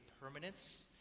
permanence